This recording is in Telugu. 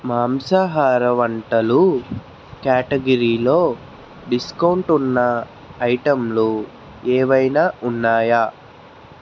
మాంసాహార వంటలు క్యాటగిరీలో డిస్కౌంట్ ఉన్న ఐటెంలు ఏవైనా ఉన్నాయా